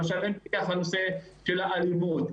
למשל אם תיקח את הנושא של האלימות.